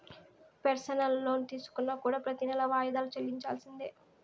personal loan తీసుకున్నా కూడా ప్రెతి నెలా వాయిదాలు చెల్లించాల్సిందే